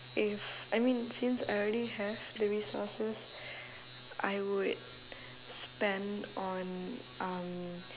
if I mean since I already have the resources I would spend on um